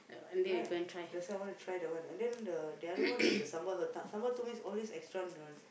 right that's why I wanna try that one and then the the other one is the sambal sambal tumis is always extra